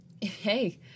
hey